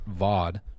VOD